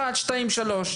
אחת שתיים ושלוש,